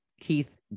Keith